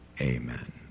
amen